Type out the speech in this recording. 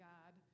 God